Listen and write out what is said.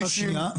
רק שניה,